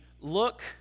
look